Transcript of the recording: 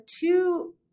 two